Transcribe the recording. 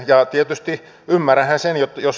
ja tietysti ymmärränhän sen